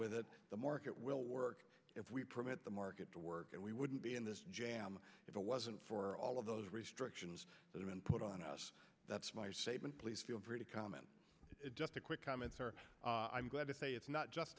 with it the market will work if we permit the market to work and we wouldn't be in this jam if it wasn't for all of those restrictions that have been put on us that's my statement please feel free to comment it just a quick comments are i'm glad to say it's not